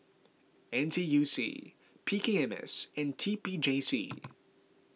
N T U C P K M S and T P J C